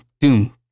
doom